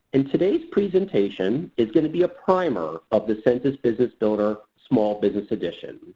and today's presentation is going be a primer of the census business builder small business edition.